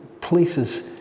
places